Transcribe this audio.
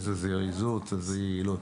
איזו זריזות, איזו יעילות.